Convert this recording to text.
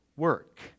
work